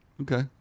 Okay